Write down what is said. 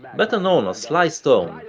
better known as sly stone,